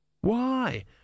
Why